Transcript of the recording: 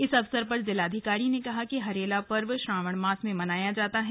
इस अवसर पर जिलाधिकारी ने कहा कि हरेला पर्व श्रावण मास में मनाया जाता है